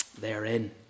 therein